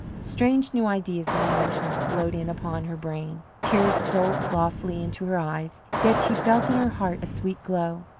strange new ideas and emotions flowed in upon her brain. tears stole softly into her eyes, yet she felt in her heart a sweet glow.